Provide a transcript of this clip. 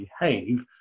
behave